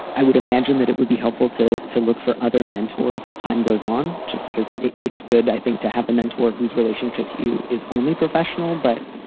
i would imagine that it would be helpful to to look for other mentors as time goes on just because it's good, i think to have a mentor whose relationship to you is only professional. but